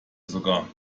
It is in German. sogar